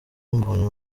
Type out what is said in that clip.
mbonye